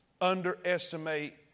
underestimate